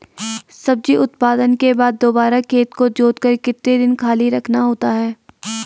सब्जी उत्पादन के बाद दोबारा खेत को जोतकर कितने दिन खाली रखना होता है?